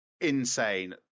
insane